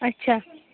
اچھا